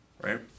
right